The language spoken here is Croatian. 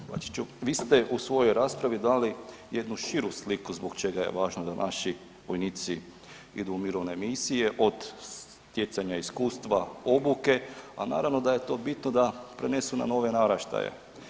Kolega Bačiću, vi ste u svojoj raspravi dali jednu širu sliku zbog čega je važno da naši vojnici idu u mirovne misije od stjecanja iskustva obuke, a naravno da je to bitno da prenesu na nove naraštaje.